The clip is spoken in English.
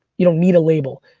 you don't need a label,